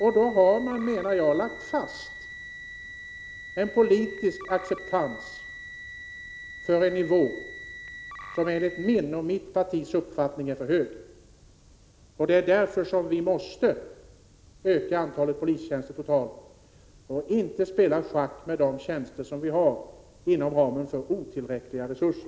Då har man, enligt min mening, lagt fast en politisk acceptans för en nivå som enligt min och mitt partis uppfattning är för hög. Vi måste öka antalet polistjänster totalt och inte spela schack med de tjänster som vi har och inom ramen för otillräckliga resurser.